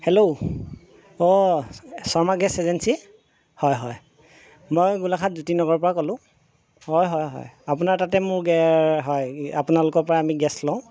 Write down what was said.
hello অ' Sharma gas agency হয় হয় মই গোলাঘাট জ্যোতিনগৰ পা ক'লো হয় হয় হয় আপোনাৰ তাতে মোৰ আপোনালোকৰ পা আমি গেছ লওঁ